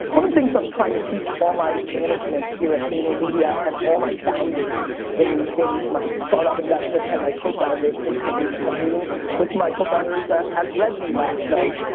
one of the things i'm trying to teach all my management here at vaynermedia, and all my founders in in my start-up investments and my co-founders in companies that had meeting with my co-founders at at resy last night,